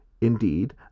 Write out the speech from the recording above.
Indeed